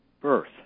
birth